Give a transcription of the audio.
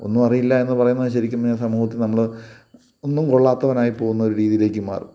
ഒന്നും അറിയില്ല എന്ന് പറയുന്നത് ശരിക്കും പിന്നെ സമൂഹത്തി നമ്മൾ ഒന്നും കൊള്ളാത്തവനായി പോകുന്ന ഒരു രീതിയിലേക്ക് മാറും